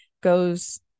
Goes